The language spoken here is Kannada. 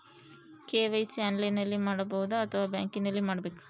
ಕೆ.ವೈ.ಸಿ ಆನ್ಲೈನಲ್ಲಿ ಮಾಡಬಹುದಾ ಅಥವಾ ಬ್ಯಾಂಕಿನಲ್ಲಿ ಮಾಡ್ಬೇಕಾ?